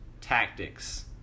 tactics